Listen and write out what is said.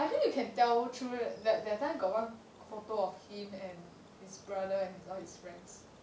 I think you can tell through that that time got one photo of him and his brother and his all his friends